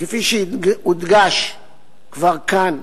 כפי שכבר הודגש כאן,